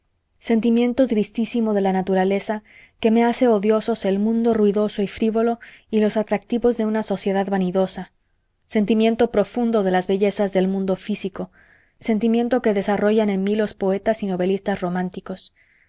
sentimiento tristísimo de la naturaleza que me hace odiosos el mundo ruidoso y frívolo y los atractivos de una sociedad vanidosa sentimiento profundo de las bellezas del mundo físico sentimiento que desarrollan en mí los poetas y novelistas románticos